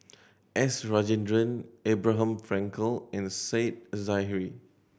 S Rajendran Abraham Frankel and Said Zahari